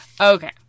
Okay